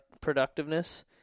productiveness